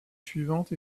suivante